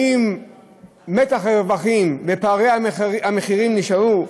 האם מתח הרווחים ופערי המחירים נשארו?